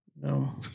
No